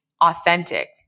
authentic